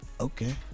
Okay